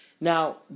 Now